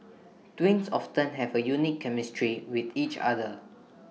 twins often have A unique chemistry with each other